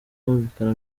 kumvikana